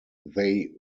they